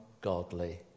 godly